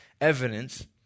evidence